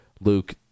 Luke